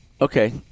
Okay